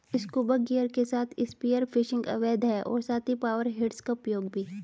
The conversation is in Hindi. स्कूबा गियर के साथ स्पीयर फिशिंग अवैध है और साथ ही पावर हेड्स का उपयोग भी